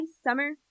summer